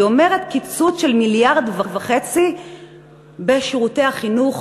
היא אומרת קיצוץ של 1.5 מיליארד בשירותי החינוך,